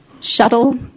shuttle